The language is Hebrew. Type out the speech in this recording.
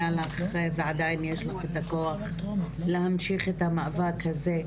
לך ועדיין יש לך את הכוח להמשיך את המאבק הזה.